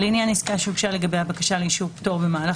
לעניין עסקה שהוגשה לגביה בקשה לאישור פטור במהלך